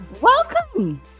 welcome